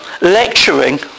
lecturing